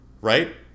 Right